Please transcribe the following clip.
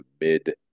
mid